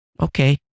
okay